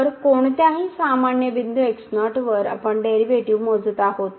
तर कोणत्याही सामान्य बिंदू x0 वरआपण डेरिव्हेटिव्ह मोजत आहोत